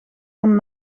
van